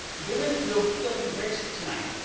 there is no filthy rich tonight.